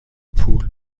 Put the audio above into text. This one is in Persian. پول